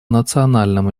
национальном